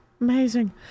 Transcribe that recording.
Amazing